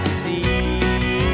see